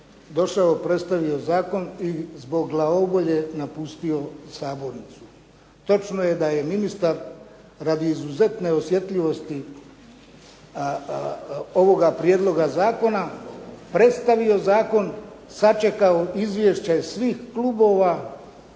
došao, predstavio zakon i zbog glavobolje napustio sabornicu. Točno je da je ministar radi izuzetne osjetljivosti ovoga prijedloga zakona predstavio zakon, sačekao izvješće svih klubova